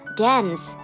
dance